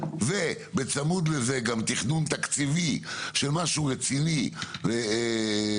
ובצמוד לזה גם תכנון תקציבי של משהו רציני ומהותי,